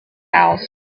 house